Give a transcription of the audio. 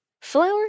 Flour